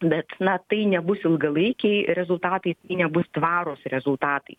bet na tai nebus ilgalaikiai rezultatai tai nebus tvarūs rezultatai